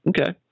Okay